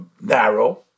narrow